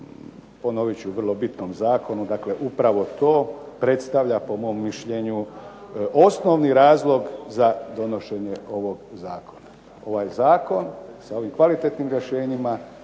ponovit ću vrlo bitnom zakonu, dakle upravo to predstavlja po mom mišljenju osnovni razlog za donošenje ovog zakona. Ovaj zakon, sa ovim kvalitetnim rješenjima